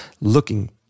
looking